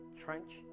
trench